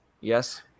Yes